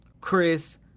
Chris